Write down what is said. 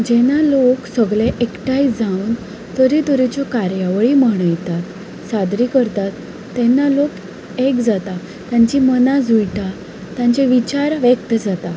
जेन्ना लोक सगळे एकठांय जावन तरे तरेच्यो कार्यावळी मणयतात साजरे करतात तेन्ना लोक एक जाता तांचीं मनां जुळटा तांचे विचार व्यक्त जाता